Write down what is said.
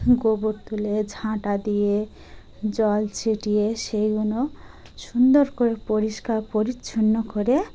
গোবর তুলে ঝাঁটা দিয়ে জল ছিটিয়ে সেইগুলো সুন্দর করে পরিষ্কার পরিচ্ছন্ন করে